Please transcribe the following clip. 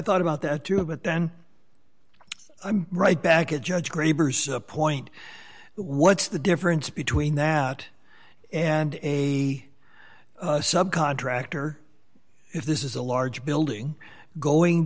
thought about that too but then i'm right back a judge graber says appoint what's the difference between that and a sub contractor if this is a large building going